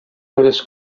meves